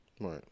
Right